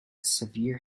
severe